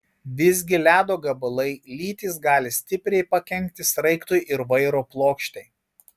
visgi ledo gabalai lytys gali stipriai pakenkti sraigtui ir vairo plokštei